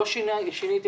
לא שינינו.